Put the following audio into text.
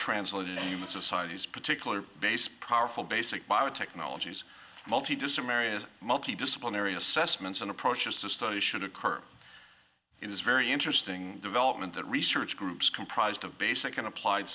translated to human societies particular base powerful basic biotechnologies multi to some areas multi disciplinary assessments and approaches to study should occur it is very interesting development that research groups comprised of basic and applied